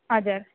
हजुर